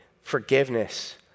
forgiveness